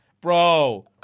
Bro